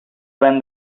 when